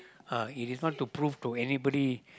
uh it is not to prove to anybody